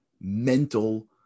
mental